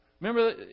Remember